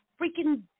freaking